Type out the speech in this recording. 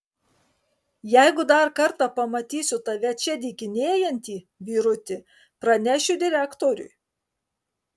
jeigu dar kartą pamatysiu tave čia dykinėjantį vyruti pranešiu direktoriui